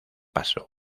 paso